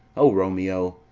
o, romeo,